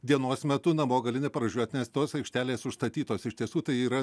dienos metu namo gali neparvažiuot nes tos aikštelės užstatytos iš tiesų tai yra